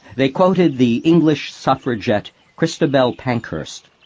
they quoted the english suffragette christabel pankhurst